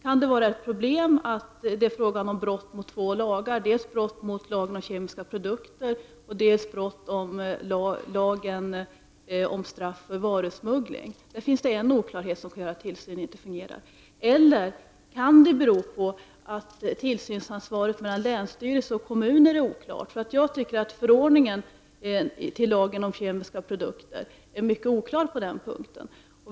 Kan det vara ett problem att det är fråga om brott mot två lagar, dels brott mot lagen om kemiska produkter, dels brott mot lagen om straff för varusmuggling? Där finns det en oklarhet som kan göra att tillsynen inte fungerar. Eller kan det bero på att tillsynsansvaret hos länsstyrelse och kommuner är oklart? Jag anser att förordningen till lagen om kemiska produkter är mycket dunkel på denna punkt.